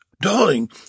Darling